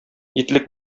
итлек